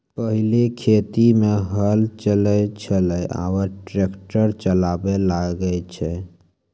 पहिलै खेत मे हल चलै छलै आबा ट्रैक्टर चालाबा लागलै छै